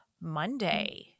Monday